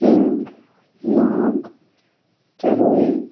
king long keri